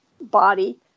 body